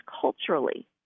culturally